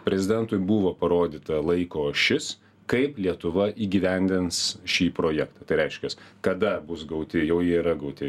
prezidentui buvo parodyta laiko ašia kaip lietuva įgyvendins šį projektą tai reiškias kada bus gauti jau jie yra gauti